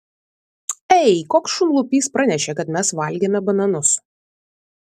ei koks šunlupys pranešė kad mes valgėme bananus